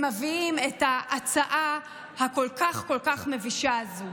הם מביאים את ההצעה הכל-כך-כל-כך מבישה הזו.